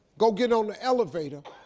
go get on the elevator,